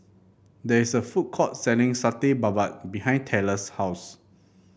there is a food court selling Satay Babat behind Tella's house